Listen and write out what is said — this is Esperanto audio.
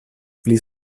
pli